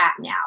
now